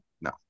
no